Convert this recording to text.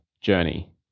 journey